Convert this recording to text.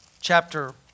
chapter